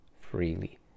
freely